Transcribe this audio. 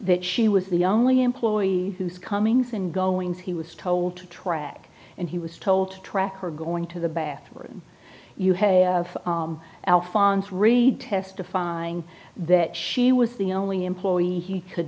that she was the only employee whose comings and goings he was told to track and he was told to track her going to the bathroom alfonse read testifying that she was the only employee he could